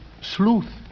Sleuth